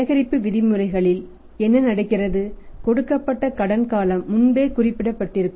சேகரிப்பு விதிமுறைகளில் என்ன நடக்கிறது கொடுக்கப்பட்ட கடன் காலம் முன்பே குறிப்பிடப்பட்டிருக்கும்